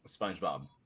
SpongeBob